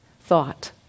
thought